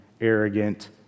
arrogant